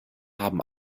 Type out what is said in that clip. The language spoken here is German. haben